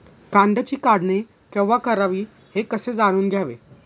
कांद्याची काढणी केव्हा करावी हे कसे जाणून घ्यावे?